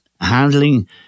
handling